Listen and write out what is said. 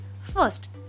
first